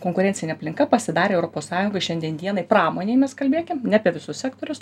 konkurencinė aplinka pasidarė europos sąjungoj šiandien dienai pramonėj mes kalbėkim ne apie visus sektorius